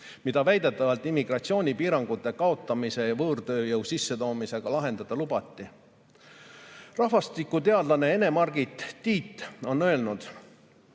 mida immigratsioonipiirangute kaotamise ja võõrtööjõu sissetoomisega lahendada lubati. Rahvastikuteadlane Ene-Margit Tiit on öelnud: